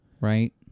right